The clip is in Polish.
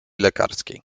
lekarskiej